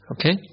Okay